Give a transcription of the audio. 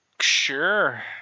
Sure